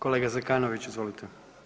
Kolega Zekanović izvolite.